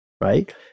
right